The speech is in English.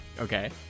Okay